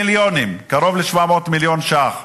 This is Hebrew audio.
מיליונים, קרוב ל-700 מיליון שקל.